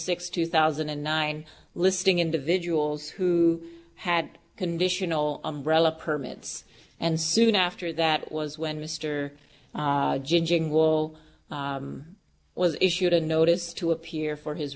sixth two thousand and nine listing individuals who had conditional umbrella permits and soon after that was when mr jingle was issued a notice to appear for his